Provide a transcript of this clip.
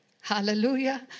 Hallelujah